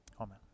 Amen